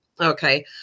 okay